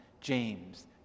James